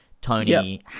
Tony